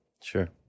Sure